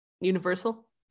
Universal